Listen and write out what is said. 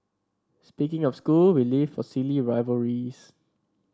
speaking of school we live for silly rivalries